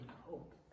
hope